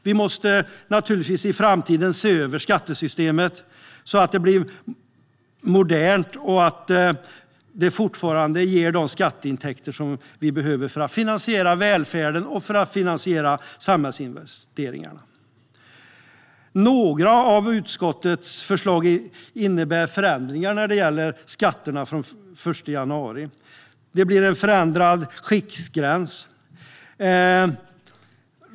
Vi måste därför i en framtid se över skattesystemet så att det både blir modernt och fortsätter att ge oss de skatteintäkter vi behöver för att finansiera välfärden och samhällsinvesteringarna. Några av utskottets förslag innebär förändringar på skatteområdet från den 1 januari 2017. Skiktgränsen ändras.